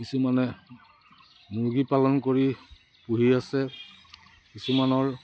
কিছুমানে মুৰ্গী পালন কৰি পুহি আছে কিছুমানৰ